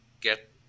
get